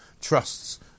trusts